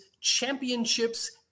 Championships